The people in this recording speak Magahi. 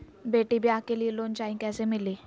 बेटी ब्याह के लिए लोन चाही, कैसे मिली?